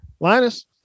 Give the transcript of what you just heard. Linus